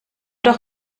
doch